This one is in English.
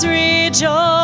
rejoice